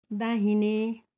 दाहिने